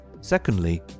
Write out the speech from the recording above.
Secondly